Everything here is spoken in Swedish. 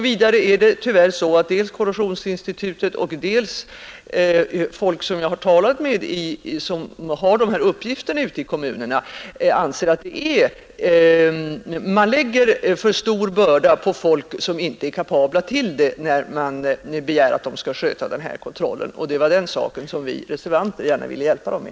Vidare är det tyvärr så att både Korrosionsinstitutet och folk som har hand om de här uppgifterna ute i kommunerna, och som jag har talat med, anser att man lägger för stor börda på människor som inte är kapabla till det, när man begär att de skall sköta den här kontrollen. Det var den saken som vi reservanter gärna ville hjälpa dem med.